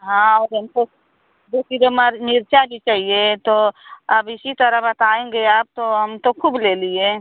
हाँ और हमको दु किलो मिर्चा भी चाहिए तो अब इसी तरह बताएँगे आप तो हम तो खूब ले लिए